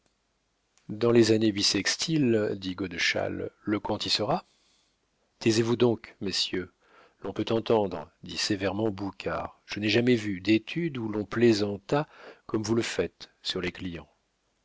dans les années bissextiles dit godeschal le comte y sera taisez-vous donc messieurs l'on peut entendre dit sévèrement boucard je n'ai jamais vu d'étude où l'on plaisantât comme vous le faites sur les clients